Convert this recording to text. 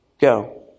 go